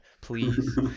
please